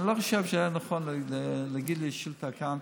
אני לא חושב שהיה נכון להגיד לי את השאילתה כאן,